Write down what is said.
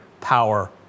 power